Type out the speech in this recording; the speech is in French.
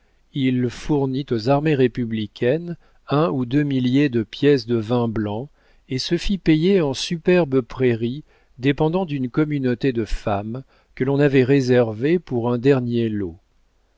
il fournit aux armées républicaines un ou deux milliers de pièces de vin blanc et se fit payer en superbes prairies dépendant d'une communauté de femmes que l'on avait réservée pour un dernier lot